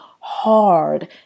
hard